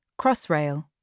Crossrail